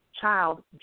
child